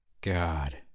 God